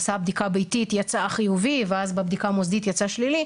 עשה בדיקה ביתית יצא חיובי ואז בבדיקה המוסדית יצא שלישי